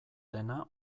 dena